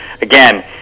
Again